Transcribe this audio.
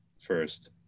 first